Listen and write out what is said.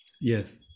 yes